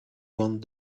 want